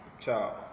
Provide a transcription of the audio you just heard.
Ciao